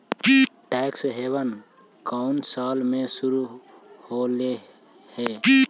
Tax haven कउन साल में शुरू होलई हे?